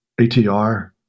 ATR